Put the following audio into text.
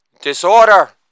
Disorder